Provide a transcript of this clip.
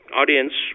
audience